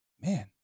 Man